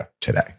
today